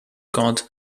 god